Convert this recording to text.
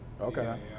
Okay